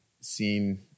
seen